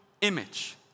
image